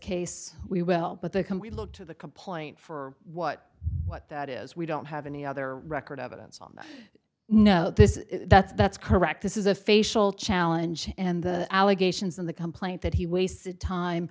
case we will but the can we look to the complaint for what what that is we don't have any other record of and no this is that's that's correct this is a facial challenge and the allegations in the complaint that he wastes time